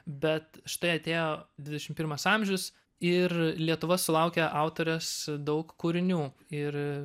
bet štai atėjo dvidešim pirmas amžius ir lietuva sulaukė autorės daug kūrinių ir